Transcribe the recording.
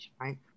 right